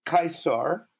Caesar